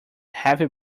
heavy